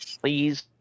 Please